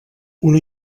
una